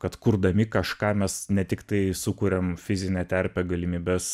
kad kurdami kažką mes ne tiktai sukuriam fizinę terpę galimybes